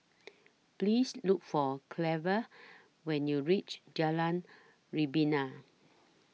Please Look For Cleva when YOU REACH Jalan Rebana